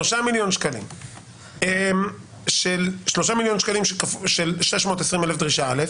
3,000,000 שקלים של 620,000 דרישה א',